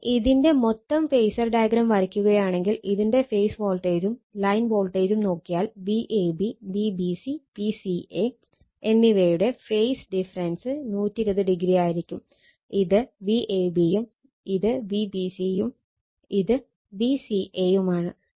ഇനി ഇതിന്റെ മൊത്തം ഫേസർ ഡയഗ്രം വരക്കുകയാണെങ്കിൽ ഇതിന്റെ ഫേസ് വോൾട്ടേജും ലൈൻ വോൾട്ടേജും നോക്കിയാൽ Vab Vbc Vca എന്നിവയുടെ ഫേസ് ഡിഫറൻസ് 120o ആയിരിക്കും ഇത് Vab യും ഇത് Vbc യും ഇത് Vca യും ആണ്